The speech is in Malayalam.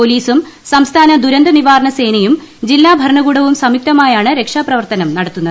പൊലീസും സംസ്ഥാന ദുരന്ത നിവാരണ സേനയും ജില്ലാ ഭരണകൂടവും സംയുക്തമായാണ് രക്ഷാപ്രവർത്തനം നടത്തുന്നത്